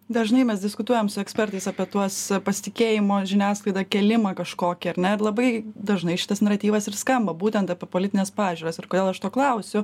dažnai mes diskutuojam su ekspertais apie tuos pasitikėjimo žiniasklaida kėlimą kažkokį ar ne ir labai dažnai šitas naratyvas ir skamba būtent apie politines pažiūras ir kodėl aš to klausiu